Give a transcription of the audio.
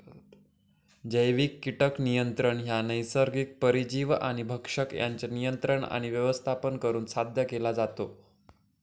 जैविक कीटक नियंत्रण ह्या नैसर्गिक परजीवी आणि भक्षक यांच्या नियंत्रण आणि व्यवस्थापन करुन साध्य केला जाता